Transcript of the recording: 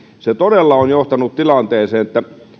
todella on johtanut tilanteeseen että